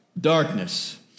Darkness